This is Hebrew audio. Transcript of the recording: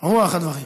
רוח הדברים.